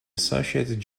associated